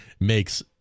makes